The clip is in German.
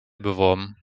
beworben